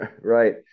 Right